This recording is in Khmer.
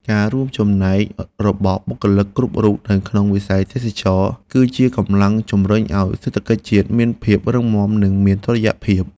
ការរួមចំណែករបស់បុគ្គលិកគ្រប់រូបនៅក្នុងវិស័យទេសចរណ៍ គឺជាកម្លាំងជំរុញឱ្យសេដ្ឋកិច្ចជាតិមានភាពរឹងមាំនិងមានតុល្យភាព។